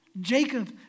Jacob